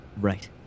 right